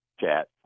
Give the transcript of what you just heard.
chat